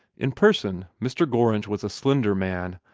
in person, mr. gorringe was a slender man,